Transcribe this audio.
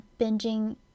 binging